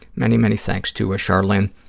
many, many thanks to charlynn,